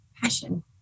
passion